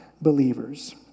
believers